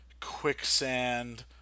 quicksand